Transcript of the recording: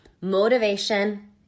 Motivation